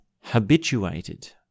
habituated